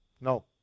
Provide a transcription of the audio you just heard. No